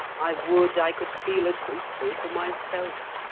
i would i could feel as hopeful for myself.